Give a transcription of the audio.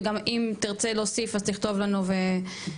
וגם אם תרצה להוסיף אז תכתוב לנו וניתן.